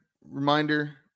Reminder